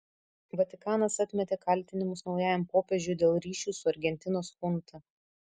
vatikanas atmetė kaltinimus naujajam popiežiui dėl ryšių su argentinos chunta